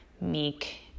meek